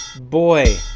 Boy